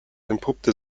entpuppte